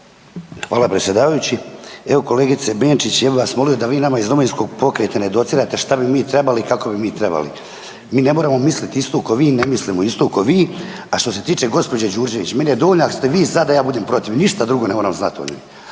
Hvala predsjedavajući, evo kolegice Benčić, ja bi vas molio da vi nama iz Domovinskog pokreta ne docirate što bi mi trebali i kako bi mi trebali. Mi ne moramo misliti isto kao vi i ne mislimo isto ko vi, a što se tiče gospođe Đurđević, meni je dovoljno ako ste vi za, da ja budem protiv, ništa drugo ne moram znati o njoj,